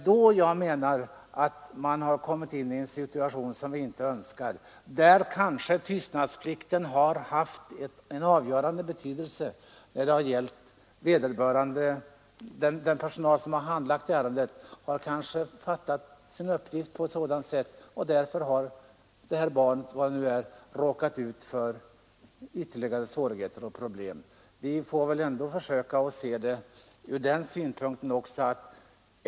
Det är då man hamnat i en situation som vi inte önskar, och där kanske tystnadsplikten haft en avgörande betydelse. Den personal som handlagt ärendet har kanske fattat sin uppgift så att man inte skall meddela hemmet, och därför har barnet råkat ut för ytterligare svårigheter och problem. Vi får väl ändå försöka se det också ur den synpunkten.